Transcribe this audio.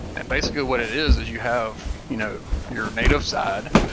and basically what it is is you have you know your native side,